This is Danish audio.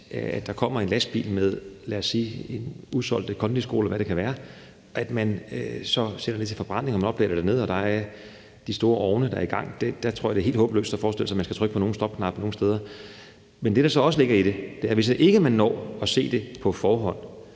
der er kommet en lastbil med lad os sige usolgte kondisko, eller hvad det kan være, som er blevet sendt til forbrænding, og man først opdager det, når det er dernede i de store ovne, er for sent. Der tror jeg, det er helt håbløst at forestille sig, at man skal kunne trykke på nogen stopknap nogen steder. Men det, der jo så også ligger i det, er, at man, hvis man i forbindelse